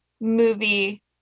movie